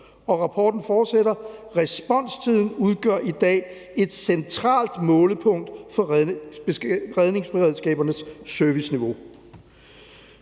rapporten fortsætter: »Responstiden udgør i dag et centralt målepunkt for redningsberedskabernes serviceniveau.«